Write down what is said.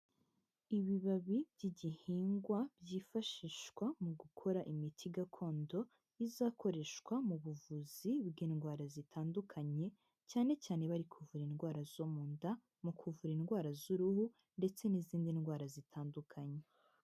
Ibibabi by'igihingwa byifashishwa mu gukora imiti gakondo izakoreshwa mu buvuzi bw'indwara zitandukanye, cyane cyane bari kuvura indwara zo mu nda, mu kuvura indwara z'uruhu ndetse n'izindi ndwara zitandukanye.